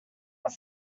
were